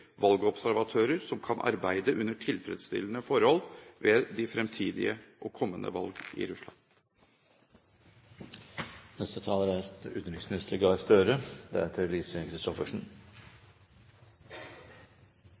valgobservatører som kan arbeide under tilfredsstillende forhold ved de fremtidige valg i Russland. Det er samlede innstillinger vi har her, og det er